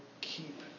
keep